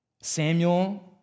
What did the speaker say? Samuel